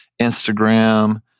Instagram